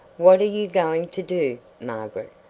what are you going to do, margaret?